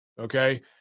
Okay